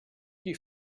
qui